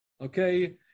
okay